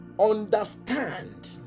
understand